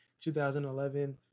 2011